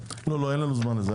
אין לנו זמן לזה.